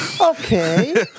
Okay